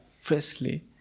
freshly